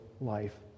life